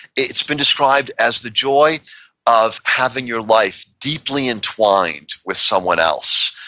it's been described as the joy of having your life deeply entwined with someone else.